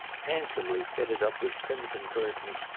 handsomely fitted up with crimson curtains,